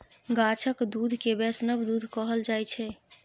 गाछक दुध केँ बैष्णव दुध कहल जाइ छै